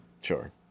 Sure